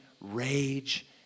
rage